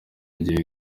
gihe